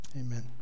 amen